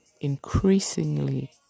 increasingly